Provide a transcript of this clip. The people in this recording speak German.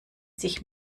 sich